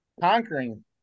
conquering